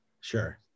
Sure